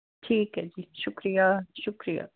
ਠੀਕ ਹੈ ਜੀ ਸ਼ੁਕਰੀਆ ਸ਼ੁਕਰੀਆ